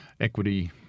equity